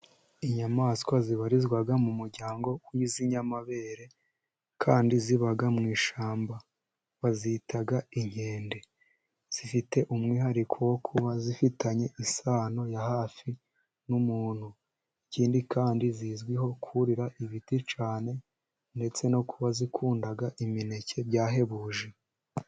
Inyamaswa zibarizwa mu muryango w'iz'inyamabere, kandi ziba mu ishyamba, bazita inkende. Zifite umwihariko wo kuba zifitanye isano ya hafi n'umuntu, ikindi kandi zizwiho kurira ibiti cyane, ndetse no kuba zikunda imineke byahebuje.